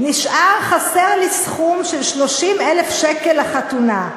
"נשאר חסר לי סכום של 30,000 שקל לחתונה"